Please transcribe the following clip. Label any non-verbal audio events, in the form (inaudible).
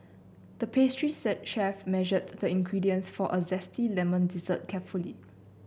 the pastry (unintelligible) chef measured the ingredients for a zesty lemon dessert carefully